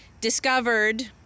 discovered